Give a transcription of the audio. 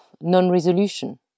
non-resolution